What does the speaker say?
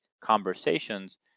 conversations